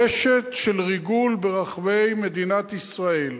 רשת של ריגול ברחבי מדינת ישראל.